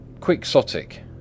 Quixotic